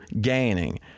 gaining